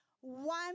One